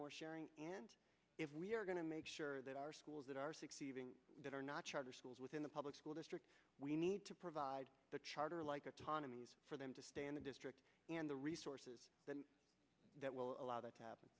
more sharing and if we're going to make sure that our schools that are succeeding that are not charter schools within the public school district we need to provide the charter like autonomy for them to stay in the district and the resources that will allow that